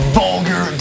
vulgar